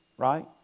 Right